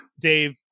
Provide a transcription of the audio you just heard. Dave